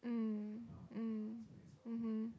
mm mm mmhmm